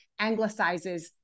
anglicizes